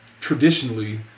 traditionally